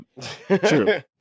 True